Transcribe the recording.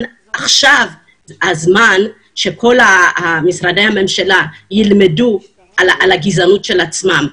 עכשיו הזמן שכל משרדי הממשלה ילמדו על הגזענות של עצמם.